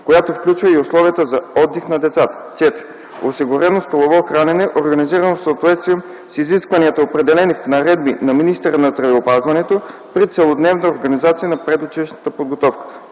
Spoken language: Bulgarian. която включва и условия за отдих на децата; 4. осигурено столово хранене, организирано в съответствие с изискванията, определени в наредби на министъра на здравеопазването – при целодневна организация на предучилищната подготовка;